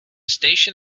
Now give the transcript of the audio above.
station